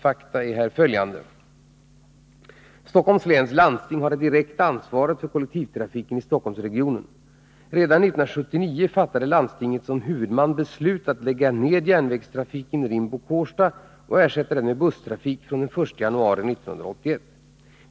Fakta är här följande. Stockholms läns landsting har det direkta ansvaret för kollektivtrafiken i Stockholmsregionen. Redan år 1979 fattade landstinget som huvudman beslut om att lägga ned järnvägstrafiken Rimbo-Kårsta och ersätta den med busstrafik från den 1 januari 1981.